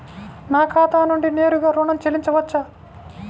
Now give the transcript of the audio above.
నా ఖాతా నుండి నేరుగా ఋణం చెల్లించవచ్చా?